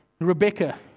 Rebecca